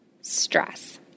stress